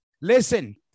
listen